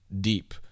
deep